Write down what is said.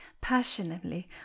passionately